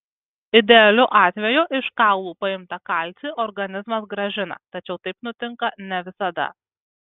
idealiu atveju iš kaulų paimtą kalcį organizmas grąžina tačiau taip nutinka ne visada